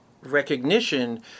recognition